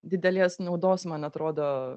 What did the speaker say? didelės naudos man atrodo